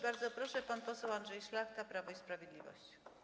Bardzo proszę, pan poseł Andrzej Szlachta, Prawo i Sprawiedliwość.